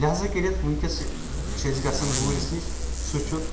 لہذا کٔرتھ ؤنکیٚس چھِ أسۍ گژھان گوٗرِس نِش سُہ چھُ